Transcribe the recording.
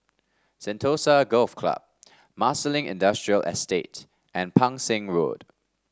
Sentosa Golf Club Marsiling Industrial Estate and Pang Seng Road